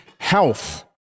health